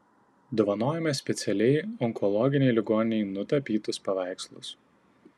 dovanojame specialiai onkologinei ligoninei nutapytus paveikslus